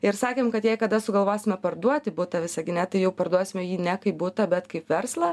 ir sakėm kad jei kada sugalvosime parduoti butą visagine tai jau parduosime jį ne kaip butą bet kaip verslą